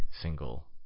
single